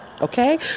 Okay